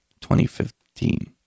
2015